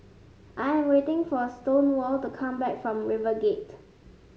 I'm waiting for Stonewall to come back from RiverGate